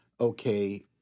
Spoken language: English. okay